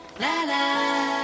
La-la